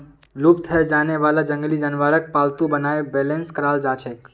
लुप्त हैं जाने वाला जंगली जानवरक पालतू बनाए बेलेंस कराल जाछेक